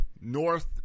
North